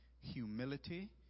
humility